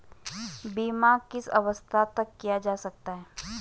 बीमा किस अवस्था तक किया जा सकता है?